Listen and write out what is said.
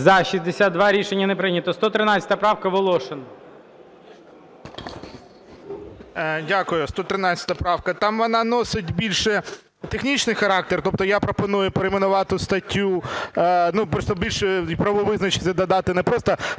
За-62 Рішення не прийнято. 113 правка, Волошин. 14:31:58 ВОЛОШИН О.А. Дякую. 113 правка. Там вона носить більше технічний характер. Тобто я пропоную перейменувати статтю, просто більш правової визначеності додати: не просто